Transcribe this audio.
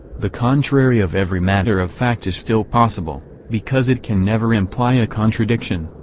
the contrary of every matter of fact is still possible because it can never imply a contradiction,